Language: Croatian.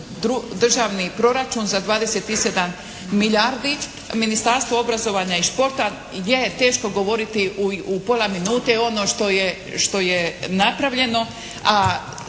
Državni proračun za 27 milijardi. Ministarstvo obrazovanja i športa je, teško govoriti u pola minute ono što je, što je napravljeno,